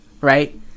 Right